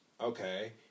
Okay